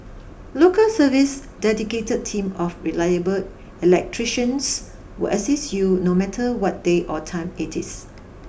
Local Service's dedicated team of reliable electricians will assist you no matter what day or time it is